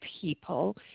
people